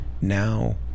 now